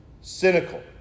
cynical